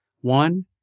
One